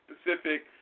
specific